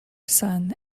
son